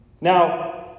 Now